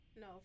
no